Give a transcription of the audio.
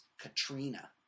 katrina